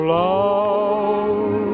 love